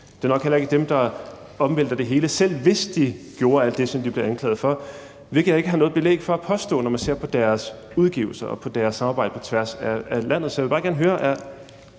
Det er nok heller ikke dem, der omvælter det hele, selv hvis de gjorde alt det, som de bliver anklaget for, hvilket jeg ikke har noget belæg for at påstå, når man ser på deres udgivelser og på deres samarbejde på tværs af landet. Så jeg vil bare gerne høre,